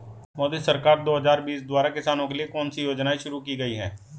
मोदी सरकार दो हज़ार बीस द्वारा किसानों के लिए कौन सी योजनाएं शुरू की गई हैं?